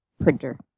printer